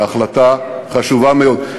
זו החלטה חשובה מאוד.